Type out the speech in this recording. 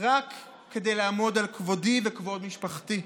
רק כדי לעמוד על כבודי וכבוד משפחתי,